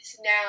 now